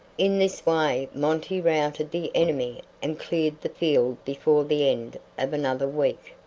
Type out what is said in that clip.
in this way monty routed the enemy and cleared the field before the end of another week.